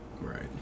Right